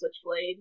switchblade